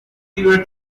superior